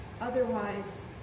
Otherwise